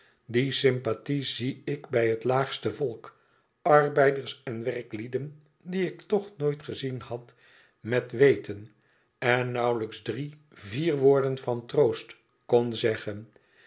die sympathie zie ik bij het laagste volk arbeiders en werklieden die ik toch nooit gezien had met weten en nauwlijks drie vier woorden van troost kon zeggen